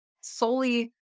solely